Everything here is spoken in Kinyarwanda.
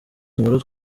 nkuru